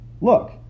look